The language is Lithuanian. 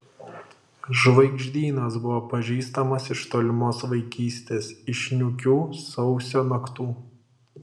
žvaigždynas buvo pažįstamas iš tolimos vaikystės iš niūkių sausio naktų